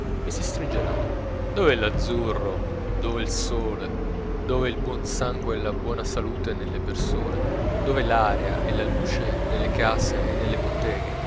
mi si stringe l'animo dov'è l'azzurro dove il sole dove il buon sangue e la buona salute nelle persone dove l'aria e la luce nelle case e nelle botteghe